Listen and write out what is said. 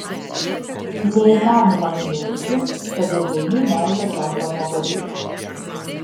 neįmanoma nuneigti kad ilgainiui meilė tampa nuobodi